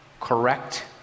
correct